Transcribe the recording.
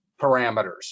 parameters